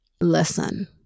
listen